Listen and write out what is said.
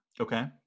Okay